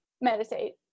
Meditate